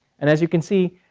and as you can see,